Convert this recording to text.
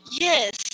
Yes